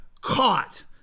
caught